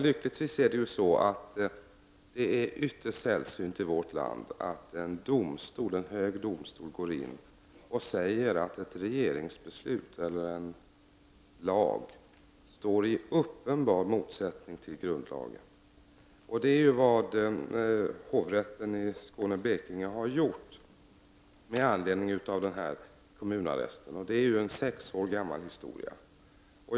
Lyckligtvis är det, herr talman, ytterst sällsynt i vårt land att en hög domstol säger att ett regeringsbeslut eller en lag står i uppenbar motsättning till grundlagen. Det är vad hovrätten i Skåne och Blekinge har gjort med anledning av en dom om kommunarrest. Detta är en sex år gammal historia.